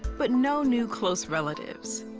but no new close relatives.